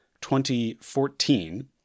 2014